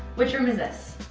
which room is this?